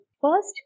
First